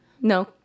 No